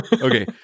Okay